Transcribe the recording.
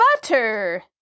Butter